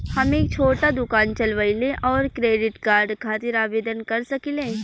हम एक छोटा दुकान चलवइले और क्रेडिट कार्ड खातिर आवेदन कर सकिले?